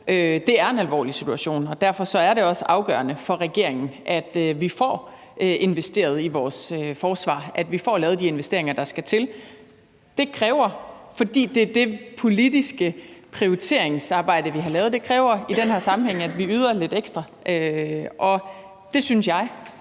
Det er en alvorlig situation, og derfor er det også afgørende for regeringen, at vi får investeret i vores forsvar og får lavet de investeringer, der skal til. Det politiske prioriteringsarbejde, vi har lavet, kræver i den her sammenhæng, at vi yder lidt ekstra, og det synes jeg